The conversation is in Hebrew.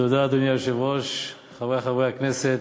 אדוני היושב-ראש, תודה, חברי חברי הכנסת,